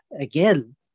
again